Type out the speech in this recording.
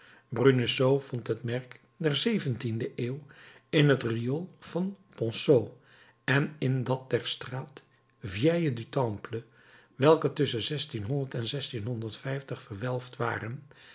bruneseau vond het merk der zeventiende eeuw in het riool van ponceau en in dat der straat vieille du temple welke tusschen verwelfd waren